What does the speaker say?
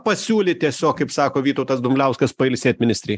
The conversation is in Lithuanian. pasiūlyt tiesiog kaip sako vytautas dumbliauskas pailsėt ministrei